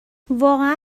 واقعا